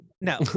no